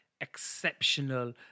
exceptional